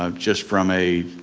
um just from a